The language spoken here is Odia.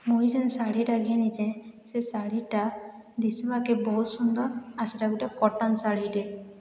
ମୁଇଁ ଯେ ଶାଢ଼ୀଟା ଘିନିଛେ ସେ ଶାଢ଼ୀଟା ଦିଶିବାକେ ବହୁତ ସୁନ୍ଦର ଆଉ ସେଟା ଗୋଟେ କଟନ୍ ଶାଢ଼ୀଟେ